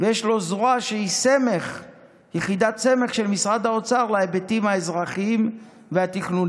ויש לו זרוע שהיא יחידת סמך של משרד האוצר להיבטים האזרחיים והתכנוניים.